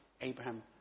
Abraham